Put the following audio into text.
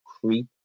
creep